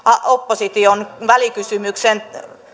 opposition välikysymyksen